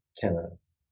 Kenneth